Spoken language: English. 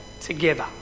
together